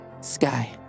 sky